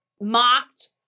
mocked